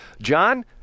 John